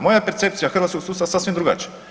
Moja percepcija hrvatskog sustava je sasvim drugačija.